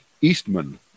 Eastman